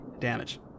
damage